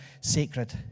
sacred